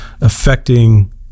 affecting